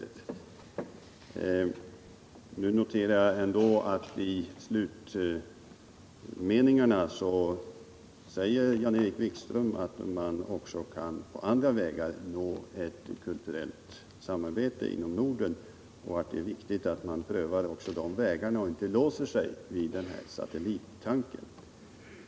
Men nu noterar jag ändå att utbildningsministern i slutmeningarna sade att man också på andra vägar kan nå ett kulturellt samarbete inom Norden och att det är viktigt att man prövar också de vägarna och inte låser sig vid satellittanken.